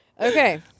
Okay